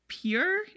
pure